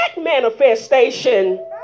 manifestation